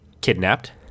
kidnapped